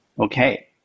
Okay